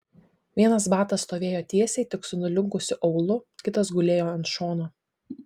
vienas batas stovėjo tiesiai tik su nulinkusiu aulu kitas gulėjo ant šono